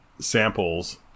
samples